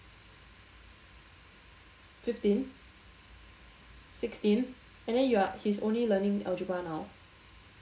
fifteen sixteen and then you're he's only learning algebra now